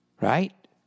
Right